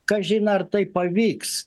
kažin ar tai pavyks